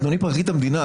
אדוני פרקליט המדינה,